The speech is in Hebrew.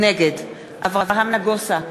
נגד אברהם נגוסה,